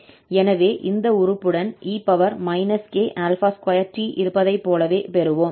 எனவே இந்த உறுப்புடன் e k2t இருப்பதை போலவே பெறுவோம்